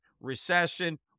recession